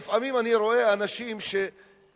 לפעמים אני רואה אנשים חולים,